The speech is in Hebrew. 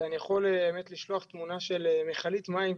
אני יכול באמת לשלוח תמונה של מכלית מים.